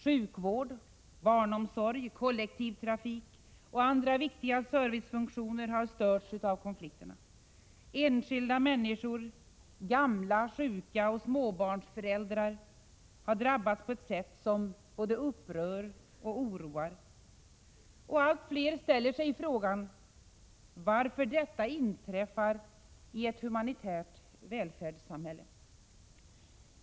Sjukvård, barnomsorg, kollektivtrafik och andra viktiga servicefunktioner har störts av konflikter. Enskilda människor, gamla, sjuka och småbarnsföräldrar, har drabbats på ett sätt som både upprör och oroar. Allt fler ställer sig frågan varför detta inträffar i ett humanitärt välfärdssamhälle.